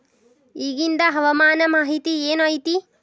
ಇಗಿಂದ್ ಹವಾಮಾನ ಮಾಹಿತಿ ಏನು ಐತಿ?